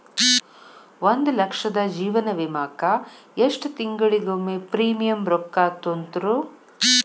ಒಂದ್ ಲಕ್ಷದ ಜೇವನ ವಿಮಾಕ್ಕ ಎಷ್ಟ ತಿಂಗಳಿಗೊಮ್ಮೆ ಪ್ರೇಮಿಯಂ ರೊಕ್ಕಾ ತುಂತುರು?